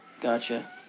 Gotcha